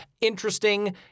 Interesting